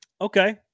okay